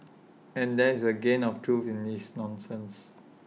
and there is A grain of truth in this nonsense